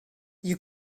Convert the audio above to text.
you